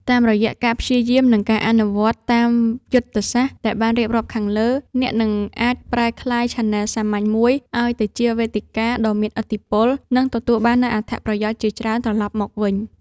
តាមរយៈការព្យាយាម និងការអនុវត្តតាមយុទ្ធសាស្ត្រដែលបានរៀបរាប់ខាងលើ អ្នកនឹងអាចប្រែក្លាយឆានែលសាមញ្ញមួយឱ្យទៅជាវេទិកាដ៏មានឥទ្ធិពល និងទទួលបាននូវអត្ថប្រយោជន៍ជាច្រើនត្រឡប់មកវិញ។